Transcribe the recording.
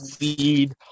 lead